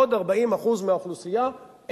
עוד 40% מהאוכלוסייה,